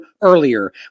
earlier